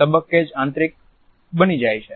તબક્કે જ આંતરિક બની જાય છે